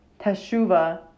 teshuvah